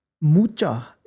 Mucha